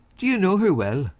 do you know her well?